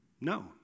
no